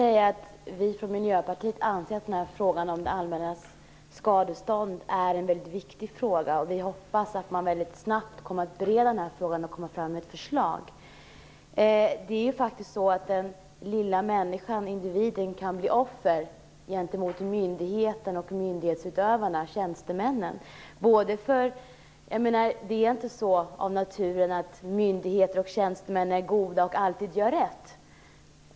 Fru talman! Jag vill bara säga att vi från Miljöpartiet anser att frågan om det allmännas skadeståndsansvar är en väldigt viktig fråga. Vi hoppas att man väldigt snabbt bereder denna fråga och kommer fram med ett förslag. Den lilla människan - individen - kan faktiskt bli offer gentemot myndigheten och myndighetsutövarna - tjänstemännen. Det är inte av naturen så, att myndigheter och tjänstemän är goda och att de alltid gör rätt.